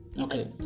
okay